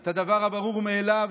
את הדבר הברור מאליו,